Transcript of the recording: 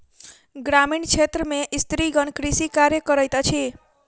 ग्रामीण क्षेत्र में स्त्रीगण कृषि कार्य करैत अछि